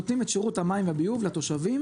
נותנים את שירות המים והביוב לתושבים